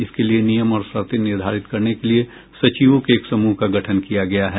इसके लिए नियम और शर्ते निर्धारित करने के लिए सचिवों के एक समूह का गठन किया है